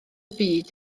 byd